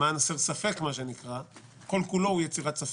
למען הסר ספק כל כולו הוא יצירת ספק,